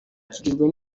kigizwe